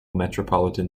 metropolitan